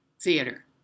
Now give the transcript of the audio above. theater